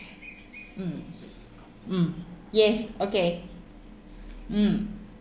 mm mm yes okay mm